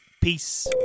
Peace